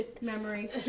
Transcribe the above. memory